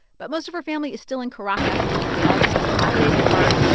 but most of her family is still in caracas. they all just spent the holidays apart.